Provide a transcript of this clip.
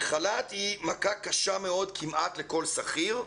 חל"ת היא מכה קשה מאוד כמעט לכל שכיר,